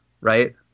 right